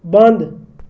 بنٛد